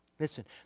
Listen